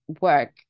work